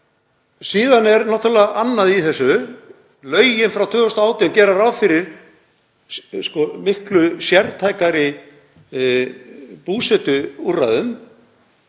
Síðan er náttúrlega annað í þessu. Lögin frá 2018 gera ráð fyrir miklu sértækari búsetuúrræðum